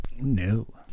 No